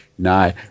No